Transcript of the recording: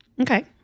Okay